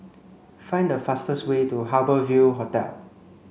find the fastest way to Harbour Ville Hotel